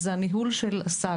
שהם בעצם הניהול של הסל: